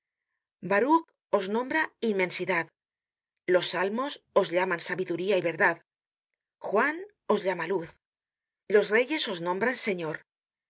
baruch os nombra inmensidad los salmos os llaman sabiduría y verdad juan os llama luz los reyes os nombran señor